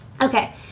okay